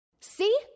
See